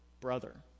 brother